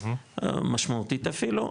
משמעותית אפילו,